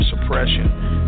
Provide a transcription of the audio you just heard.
suppression